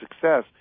Success